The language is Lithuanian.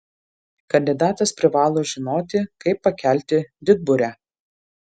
kandidatas privalo žinoti kaip pakelti didburę